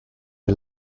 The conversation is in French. est